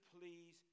please